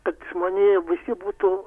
kad žmonija visi būtų